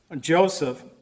Joseph